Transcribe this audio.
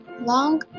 Long